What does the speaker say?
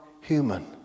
human